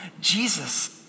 Jesus